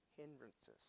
hindrances